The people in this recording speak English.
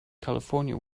california